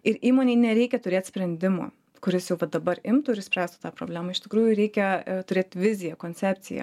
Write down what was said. ir įmonei nereikia turėt sprendimo kuris jau dabar imtų ir išspręstų tą problemą iš tikrųjų reikia turėt viziją koncepciją